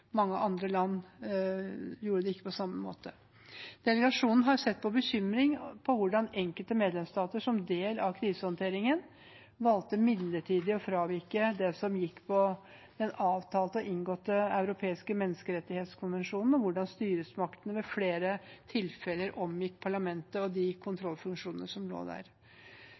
Mange andre land gjorde det ikke på samme måte. Delegasjonen har sett med bekymring på hvordan enkelte medlemsstater som del av krisehåndteringen valgte midlertidig å fravike det som gikk på den avtalte og inngåtte europeiske menneskerettighetskonvensjonen, og hvordan styresmaktene ved flere tilfeller omgikk parlamentet og de kontrollfunksjonene som lå der.